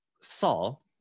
Saul